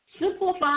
Simplify